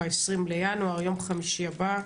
ב-20 בינואר, ביום חמישי הבא,